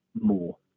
more